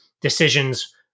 decisions